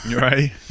Right